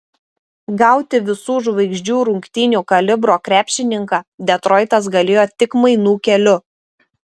gauti visų žvaigždžių rungtynių kalibro krepšininką detroitas galėjo tik mainų keliu